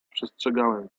przestrzegałem